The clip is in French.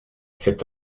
cet